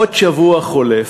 עוד שבוע חולף,